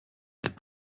gibt